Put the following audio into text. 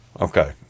Okay